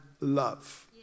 love